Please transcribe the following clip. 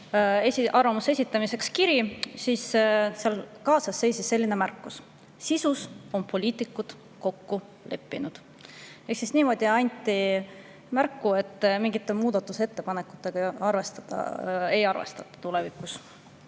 arvamuse esitamiseks kiri, siis seal seisis selline märkus: sisus on poliitikud kokku leppinud. Nii anti märku, et mingite muudatusettepanekutega ei arvestata.